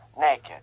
naked